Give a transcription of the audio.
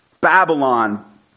Babylon